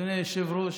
אדוני היושב-ראש,